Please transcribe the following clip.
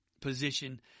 position